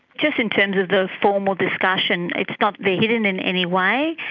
just in terms of the formal discussion, it's not being hidden in any way,